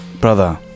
brother